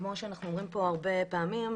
כמו שאנחנו אומרים פה הרבה פעמים,